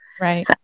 Right